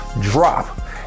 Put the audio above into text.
drop